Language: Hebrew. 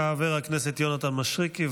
חבר הכנסת יונתן מישרקי,